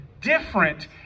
different